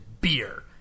beer